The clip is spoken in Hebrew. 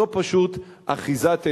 זו פשוט אחיזת עיניים,